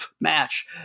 match